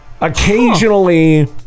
Occasionally